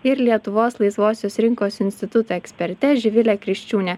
ir lietuvos laisvosios rinkos instituto eksperte živile kriščiūne